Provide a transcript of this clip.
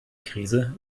krise